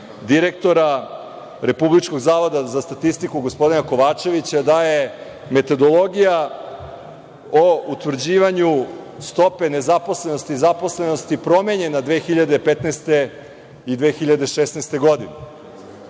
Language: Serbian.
direktora Republičkog zavoda za statistiku, gospodina Kovačevića, da je metodologija o utvrđivanju stope nezaposlenosti/zaposlenosti promenjena 2015. i 2016. godine?